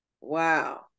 Wow